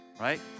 right